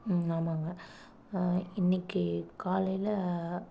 ம் ஆமாங்க இன்றைக்கி காலையில்